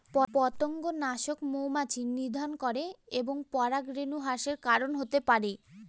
পতঙ্গনাশক মৌমাছি নিধন করে এবং পরাগরেণু হ্রাসের কারন হতে পারে